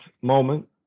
moment